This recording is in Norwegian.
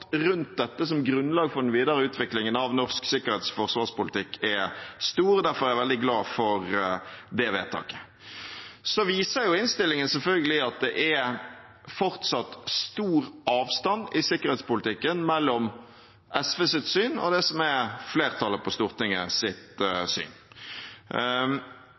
rundt dette, som grunnlag for den videre utviklingen av norsk sikkerhets- og forsvarspolitikk, er stor, og derfor er jeg veldig glad for det vedtaket. Så viser innstillingen selvfølgelig at det fortsatt er stor avstand i sikkerhetspolitikken mellom SVs syn og det som er